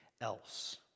else